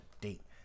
date